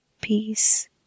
peace